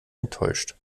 enttäuscht